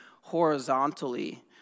horizontally